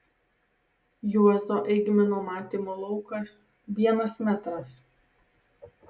juozo eigmino matymo laukas vienas metras